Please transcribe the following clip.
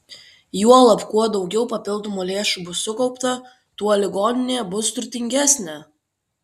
juolab kuo daugiau papildomų lėšų bus sukaupta tuo ligoninė bus turtingesnė